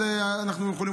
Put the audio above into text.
אז אנחנו אפילו יכולים,